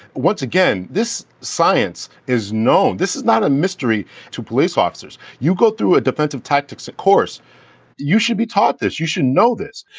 once again, this science is known. this is not a mystery to police officers. you go through a defensive tactics and course you should be taught this you should know this.